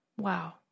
Wow